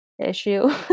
issue